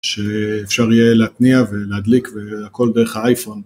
שאפשר יהיה להתניע ולהדליק והכל דרך האייפון.